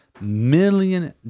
million